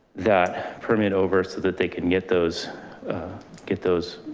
that permit over so that they can get those get those.